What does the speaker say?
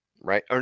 right